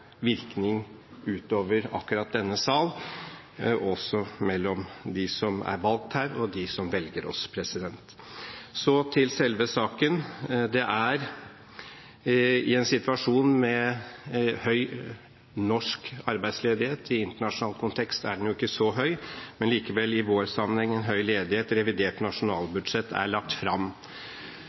virkning utover akkurat denne sal, også mellom dem som er valgt her, og dem som velger oss. Så til selve saken. Det er i en situasjon med høy, norsk arbeidsledighet – i internasjonal kontekst er den ikke så høy, men i vår sammenheng er det likevel en høy ledighet – revidert nasjonalbudsjett er lagt fram.